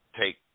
take